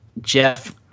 Jeff